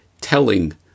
telling